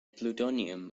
plutonium